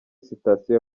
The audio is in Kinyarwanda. sitasiyo